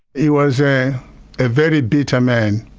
he was a ah very bitter man,